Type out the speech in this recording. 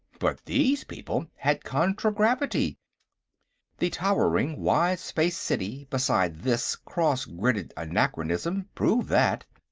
but these people had contragravity the towering, wide-spaced city beside this cross-gridded anachronism proved that.